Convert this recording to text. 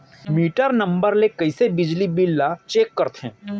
Metre number ले कइसे बिजली बिल ल चेक करथे?